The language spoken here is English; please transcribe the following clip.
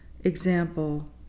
example